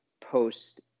post